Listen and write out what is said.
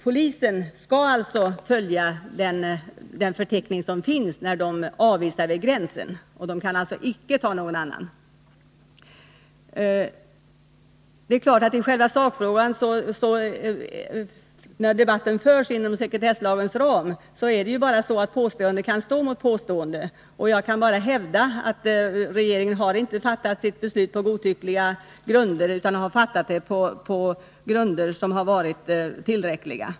Polisen skall alltså när man avvisar folk vid gränserna följa den förteckning som finns och kan inte på den föra upp några andra organisationer. När debatten förs inom sekretsslagens ram måste det bli så att påstående står mot påstående i själva sakfrågan. Jag kan bara hävda att regeringen inte fattar sitt beslut på godtyckliga grunder utan på grunder som varit tillräckliga.